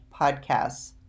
podcasts